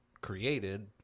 created